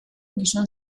gizon